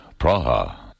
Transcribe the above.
Praha